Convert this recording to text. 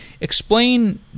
Explain